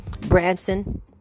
Branson